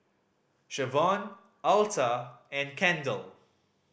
Shavonne Alta and Kendal